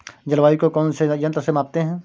जलवायु को कौन से यंत्र से मापते हैं?